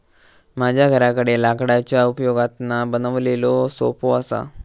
माझ्या घराकडे लाकडाच्या उपयोगातना बनवलेलो सोफो असा